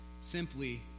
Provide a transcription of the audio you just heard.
Simply